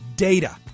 Data